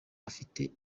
afite